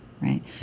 right